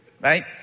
right